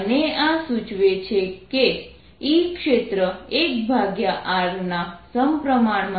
અને આ સૂચવે છે કે E ક્ષેત્ર 1r ના સમપ્રમાણમાં છે